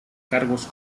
cargos